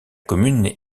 commune